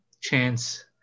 Chance